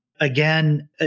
Again